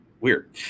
Weird